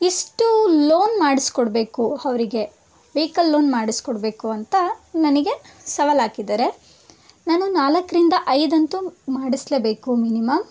ಇಷ್ಟು ಲೋನ್ ಮಾಡಿಸಿಕೊಡ್ಬೇಕು ಅವ್ರಿಗೆ ವೆಯ್ಕಲ್ ಲೋನ್ ಮಾಡಿಸಿಕೊಡ್ಬೇಕು ಅಂತ ನನಗೆ ಸವಾಲು ಹಾಕಿದಾರೆ ನಾನು ನಾಲ್ಕರಿಂದ ಐದಂತೂ ಮಾಡಿಸ್ಲೇಬೇಕು ಮಿನಿಮಮ್